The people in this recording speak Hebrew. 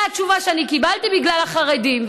והתשובה שאני קיבלתי: בגלל החרדים.